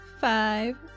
Five